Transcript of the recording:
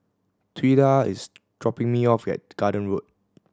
Twila is dropping me off at Garden Road